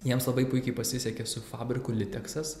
jiems labai puikiai pasisekė su fabriku liteksas